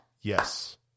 Yes